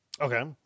okay